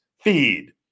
Feed